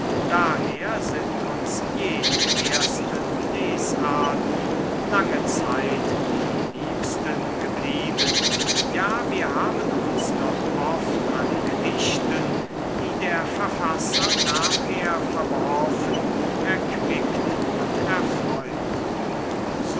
jene ersten lesarten